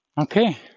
okay